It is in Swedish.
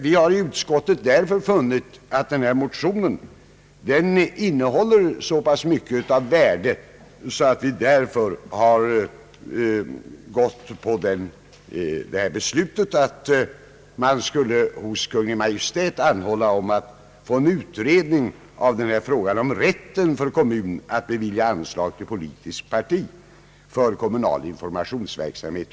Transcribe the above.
Vi har i utskottet därför funnit att motionen innehåller så mycket av värde att vi beslutat att hos Kungl. Maj:t anhålla om en utredning av frågan om rätten för kommun att bevilja anslag till politiskt parti för kommunal informationsverksamhet.